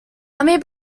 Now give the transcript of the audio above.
army